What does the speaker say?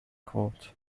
court